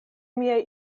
miaj